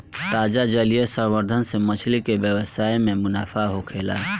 ताजा जलीय संवर्धन से मछली के व्यवसाय में मुनाफा होखेला